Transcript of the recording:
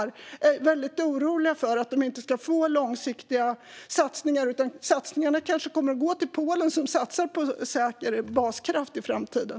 Både jag och svensk industri är väldigt oroliga för att de inte ska få långsiktiga satsningar. Satsningarna kanske kommer att gå till Polen som satsar på säker baskraft i framtiden.